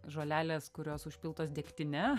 žolelės kurios užpiltos degtine